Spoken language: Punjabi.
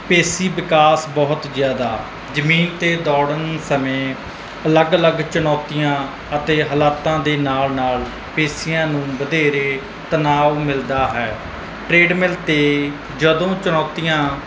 ਪੇਸ਼ੀ ਵਿਕਾਸ ਬਹੁਤ ਜ਼ਿਆਦਾ ਜ਼ਮੀਨ 'ਤੇ ਦੌੜਨ ਸਮੇਂ ਅਲੱਗ ਅਲੱਗ ਚੁਣੌਤੀਆਂ ਅਤੇ ਹਾਲਾਤਾਂ ਦੇ ਨਾਲ ਨਾਲ ਪੇਸ਼ੀਆਂ ਨੂੰ ਵਧੇਰੇ ਤਣਾਓ ਮਿਲਦਾ ਹੈ ਟਰੇਡ ਮਿਲ 'ਤੇ ਜਦੋਂ ਚੁਣੌਤੀਆਂ